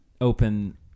open